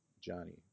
Johnny